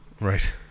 right